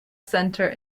centre